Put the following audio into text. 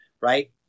Right